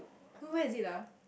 so where is it ah